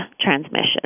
transmission